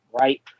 right